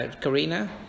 Karina